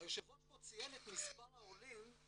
היושב-ראש פה ציין את מספר העולים.